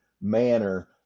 manner